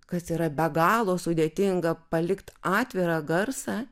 kas yra be galo sudėtinga palikt atvirą garsą